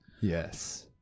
Yes